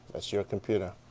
that's your computer.